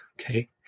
Okay